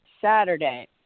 Saturday